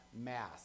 Mass